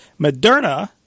Moderna